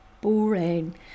Boring